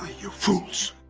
you fools.